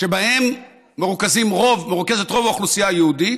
שבהם מרוכזת רוב האוכלוסייה היהודית,